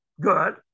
good